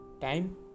time